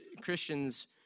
Christians